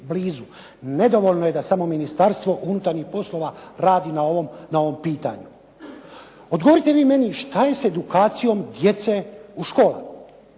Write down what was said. Nedovoljno je da samo Ministarstvo unutarnjih poslova radi na ovom pitanju. Odgovorite vi meni što je s edukacijom djece u školama?